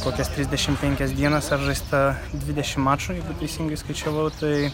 kokias trisdešim penkias atžaista dvidešim mačų jeigu teisingai skaičiavau tai